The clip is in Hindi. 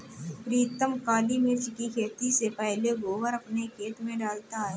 प्रीतम काली मिर्च की खेती से पहले गोबर अपने खेत में डालता है